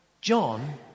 John